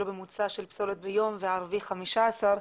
ממוצע של פסולת ביום וערבי 15 קילו,